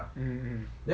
mm mm